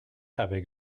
avec